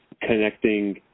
connecting